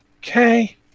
Okay